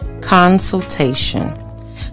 consultation